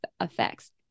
effects